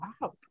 Wow